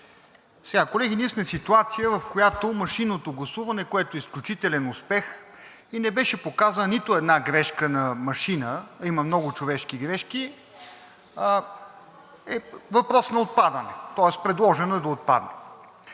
Колеги, ние сме в ситуация, в която машинното гласуване, което е изключителен успех и не беше показана нито една грешка на машина – има много човешки грешки, е въпрос на отпадане, тоест предложено е да отпадне.